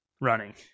running